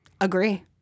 Agree